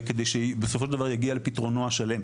וכדי שבסופו של דבר יגיע לפתרונו השלם.